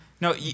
No